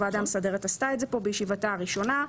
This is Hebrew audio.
הוועדה המסדרת עשתה את זה פה בישיבתה הראשונה,